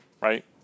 right